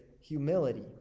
humility